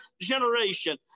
generation